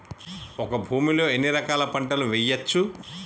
ఒక భూమి లో ఎన్ని రకాల పంటలు వేయచ్చు?